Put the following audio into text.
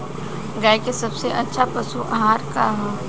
गाय के सबसे अच्छा पशु आहार का ह?